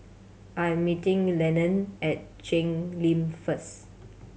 I am meeting Lenon at Cheng Lim first